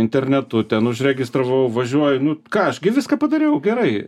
internetu ten užregistravau važiuoju nu ką aš gi viską padariau gerai